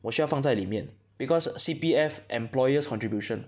我需要放在里面 because C_P_F employer's contribution